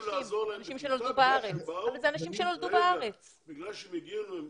לעזור להם בקליטה בגלל שהם באו --- לא,